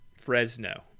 Fresno